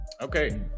Okay